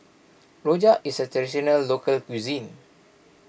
Rojak is a Traditional Local Cuisine